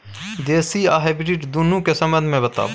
देसी आ हाइब्रिड दुनू के संबंध मे बताऊ?